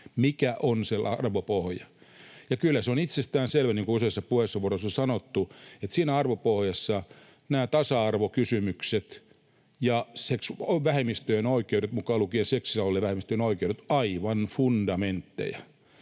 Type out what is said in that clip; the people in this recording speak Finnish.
Mikä on se arvopohja? Ja kyllä se on itsestäänselvää — niin kuin useissa puheenvuoroissa on sanottu — että siinä arvopohjassa nämä tasa-arvokysymykset ja vähemmistöjen oikeudet, mukaan lukien seksuaalivähemmistöjen oikeudet, ovat aivan fundamentteja.